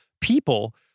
people